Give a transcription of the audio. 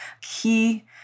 key